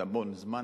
זה היה המון זמן,